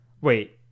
wait